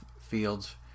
fields